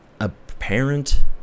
apparent